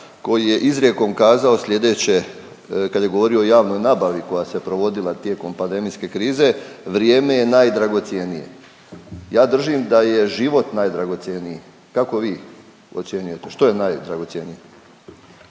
koji je izrijekom kazao slijedeće kad je govorio o javnoj nabavi koja se provodila tijekom pandemijske krize, vrijeme je najdragocjenije. Ja držim da je život najdragocjeniji, kako bi ocjenjujete, što je najdragocjenije?